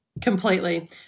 Completely